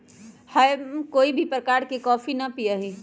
हम कोई भी प्रकार के कॉफी ना पीया ही